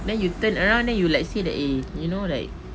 then you turn around then you see that eh you know like